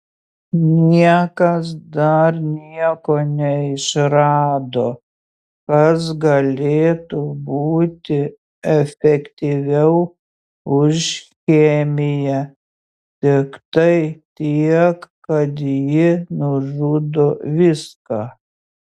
niekas dar nieko neišrado kas galėtų būti efektyviau už chemiją tiktai tiek kad ji nužudo viską